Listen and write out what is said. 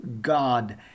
God